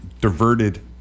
diverted